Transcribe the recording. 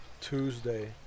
Tuesday